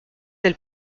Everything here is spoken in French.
del